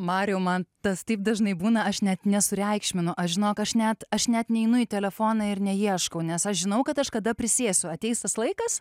mariau man tas taip dažnai būna aš net nesureikšminu aš žinok aš net aš net neinu į telefoną ir neieškau nes aš žinau kad aš kada prisėsiu ateis tas laikas